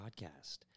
Podcast